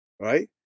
Right